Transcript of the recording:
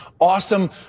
awesome